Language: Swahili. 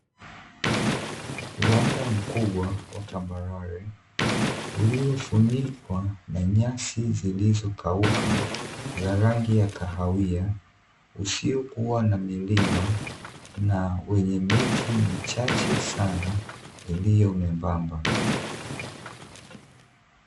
Uanda mkubwa wa tambarare, uliofunikwa kwa nyasi zilizokauka za rangi ya kahawia. Usiokua na milima, na wenye miti michache sana, iliyo membamba.